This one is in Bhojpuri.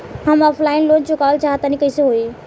हम ऑफलाइन लोन चुकावल चाहऽ तनि कइसे होई?